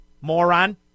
moron